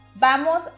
Vamos